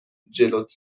جلوت